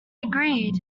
agreed